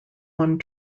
one